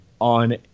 on